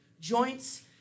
joints